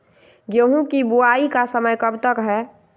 गेंहू की बुवाई का समय कब तक है?